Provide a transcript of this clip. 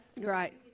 right